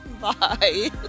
Bye